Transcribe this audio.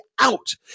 Out